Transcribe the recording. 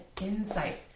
insight